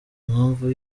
impamvu